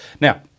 now